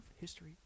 history